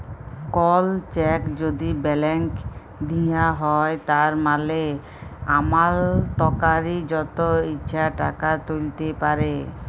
call cheque যদি balance দিঁয়া হ্যয় তার মালে আমালতকারি যত ইছা টাকা তুইলতে পারে